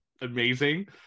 amazing